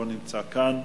לא נמצא כאן.